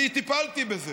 אני טיפלתי בזה